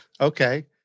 Okay